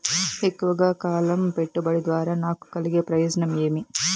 ఎక్కువగా కాలం పెట్టుబడి ద్వారా నాకు కలిగే ప్రయోజనం ఏమి?